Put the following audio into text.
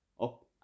up